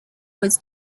was